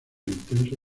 intenso